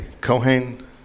Kohen